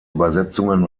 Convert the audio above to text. übersetzungen